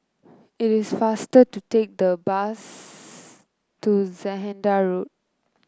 it is faster to take the bus to Zehnder Road